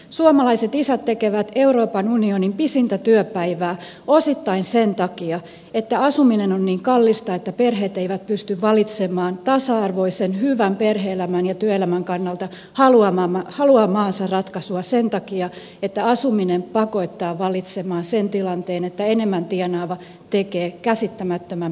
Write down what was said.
suomalaiset isät tekevät euroopan unionin pisintä työpäivää osittain sen takia että asuminen on niin kallista että perheet eivät pysty valitsemaan tasa arvoisen hyvän perhe elämän ja työelämän kannalta haluamaansa ratkaisua sen takia että asuminen pakottaa valitsemaan sen tilanteen että enemmän tienaava tekee käsittämättömän pitkää päivää